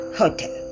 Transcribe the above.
hotel